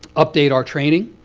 update our training.